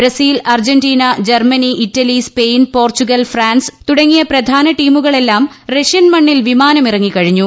Brazil Argentina Germany Italy Spain Portugal France തുടങ്ങിയ പ്രധാന ടീമുകൾ എല്ലാം റഷ്യൻ മണ്ണിൽ വിമാനം ഇറങ്ങിക്കിഴിഞ്ഞു